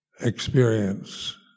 experience